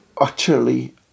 utterly